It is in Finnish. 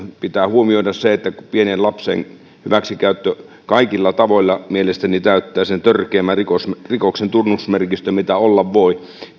pitää huomioida se että pienen lapsen hyväksikäyttö kaikilla tavoilla mielestäni täyttää sen törkeimmän rikoksen rikoksen tunnusmerkistön mitä olla voi